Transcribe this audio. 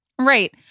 Right